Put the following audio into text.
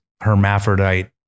hermaphrodite